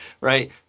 right